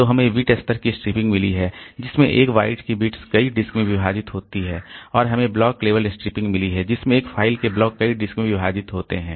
तो हमें बिट स्तर की स्ट्रिपिंग मिली है जिसमें एक बाइट की बिट्स कई डिस्क में विभाजित होती हैं और हमें ब्लॉक लेवल स्ट्रिपिंग मिली है जिसमें एक फाइल के ब्लॉक कई डिस्क में विभाजित होते हैं